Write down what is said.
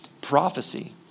prophecy